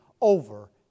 over